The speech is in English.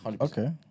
Okay